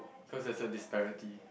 cause I so disparity